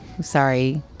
sorry